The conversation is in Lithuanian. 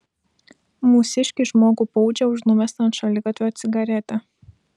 mūsiškį žmogų baudžia už numestą ant šaligatvio cigaretę